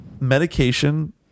medication